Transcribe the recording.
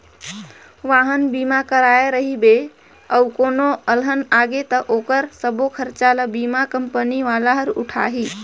वाहन बीमा कराए रहिबे अउ कोनो अलहन आगे त ओखर सबो खरचा ल बीमा कंपनी वाला हर उठाही